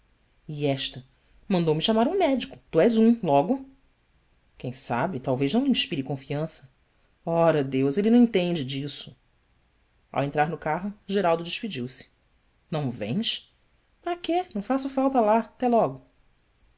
e esta mandou-me chamar um médico tu és um logo uem sabe talvez não lhe inspire confiança ra eus le não entende disso ao entrar no carro geraldo despediu-se ão vens ara quê não faço falta lá até logo